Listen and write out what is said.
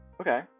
Okay